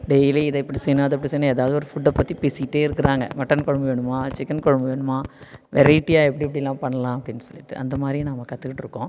daily இதை இப்படி செய்யணும் அதை இப்படி செய்யணும் ஏதாவது ஒரு ஃபுட்டை பற்றி பேசிகிட்டே இருக்கிறாங்க மட்டன் குழம்பு வேணுமா சிக்கன் குழம்பு வேணுமா வெரைட்டியா எப்படி எப்படிலாம் பண்ணலாம் அப்படினு சொல்லிட்டு அந்தமாதிரி நாம் கத்துகிட்டுருக்கோம்